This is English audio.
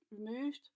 removed